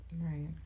Right